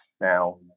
Now